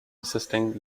assisting